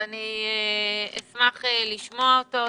אשמח לשמוע אותו.